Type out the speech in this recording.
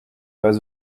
pas